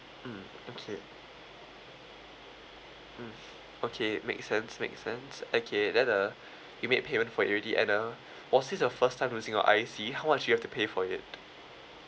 mm okay mm okay make sense make sense okay then uh you made payment for it already and uh was it the first time losing your I_C how much you have to pay for it